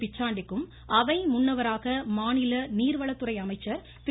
பிச்சாண்டிக்கும் அவை முன்னவராக மாநில நீர்வளத்துறை அமைச்சர் திரு